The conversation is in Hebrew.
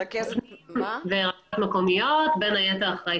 אף אחד לא דיבר